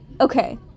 okay